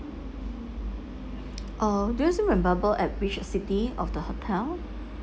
oh do you still remember at which exactly of the hotel